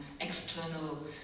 external